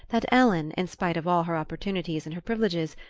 that ellen, in spite of all her opportunities and her privileges,